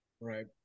Right